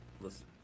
Listen